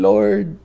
Lord